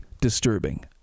disturbing